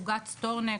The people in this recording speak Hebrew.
סוגת-סטורנקסט,